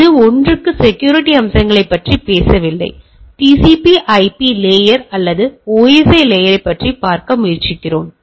இப்போது ஒன்றுக்கு செக்யூரிட்டி அம்சங்களைப் பற்றி பேசவில்லை TCP IP லேயர் அல்லது OSI லேயர் பற்றி பார்க்கிறோம்